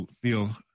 feel